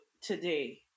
today